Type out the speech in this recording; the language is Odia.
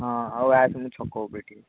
ହଁ ଆଉ ଆସେ ମୁଁ ଛକ ଉପରେ ଠିଆ ହୋଇଛି